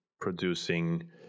producing